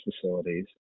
facilities